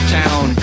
town